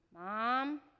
Mom